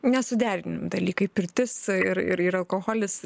nesuderinami dalykai pirtis ir ir ir alkoholis